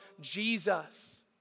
Jesus